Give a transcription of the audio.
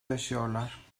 yaşıyorlar